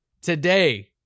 today